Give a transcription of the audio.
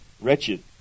wretched